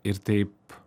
ir taip